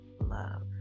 love